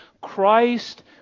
Christ